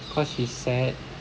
cause she's sad